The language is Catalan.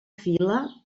fila